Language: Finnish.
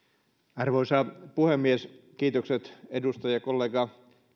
arvoisa puhemies kiitokset edustajakollega